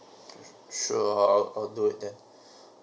sure I'll I'll do it then